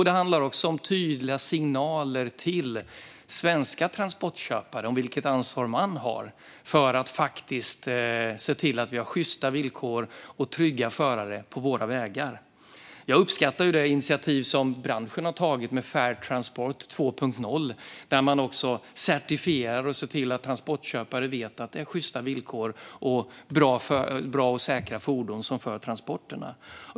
Det handlar också om tydliga signaler till svenska transportköpare om vilket ansvar de har för att faktiskt se till att vi har sjysta villkor och trygga förare på våra vägar. Jag uppskattar det initiativ som branschen har tagit med Fair Transport 2.0, där man certifierar och ser till att transportköpare vet att det är sjysta villkor och bra och säkra fordon som utför transporterna.